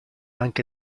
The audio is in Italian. anche